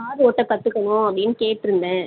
car ஓட்ட கற்றுக்கணும் அப்படின்னு கேட்டிருந்தேன்